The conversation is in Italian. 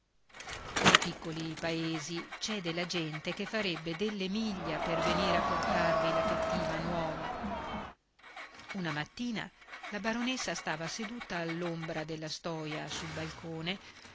nei piccoli paesi c'è della gente che farebbe delle miglia per venire a portarvi la cattiva nuova una mattina la baronessa stava seduta all'ombra della stoia sul balcone